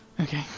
Okay